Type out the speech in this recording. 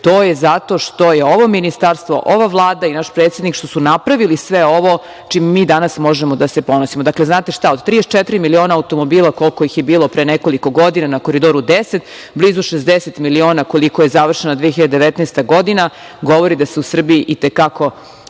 To je zato što je ovo ministarstvo, ova Vlada i naš predsednik napravili sve ovo čime mi danas možemo da se ponosimo. Znate šta, od 34 miliona automobila koliko ih je bilo pre nekoliko godina na Koridoru 10, blizu 60 miliona sa koliko je završena 2019. godina, govori da se u Srbiji i te kako